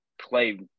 play